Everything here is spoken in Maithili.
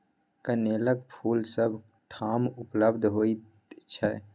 कनेलक फूल सभ ठाम उपलब्ध होइत छै